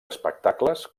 espectacles